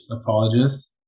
apologist